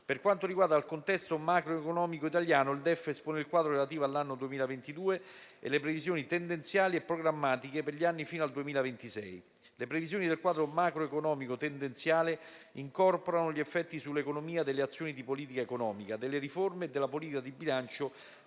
Per quanto riguarda il contesto macroeconomico italiano, il DEF espone il quadro relativo all'anno 2022 e le previsioni tendenziali e programmatiche per gli anni fino al 2026. Le previsioni del quadro macroeconomico tendenziale incorporano gli effetti sull'economia delle azioni di politica economica, delle riforme e della politica di bilancio